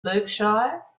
berkshire